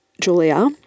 Julia